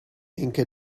inca